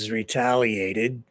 retaliated